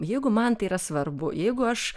jeigu man tai yra svarbu jeigu aš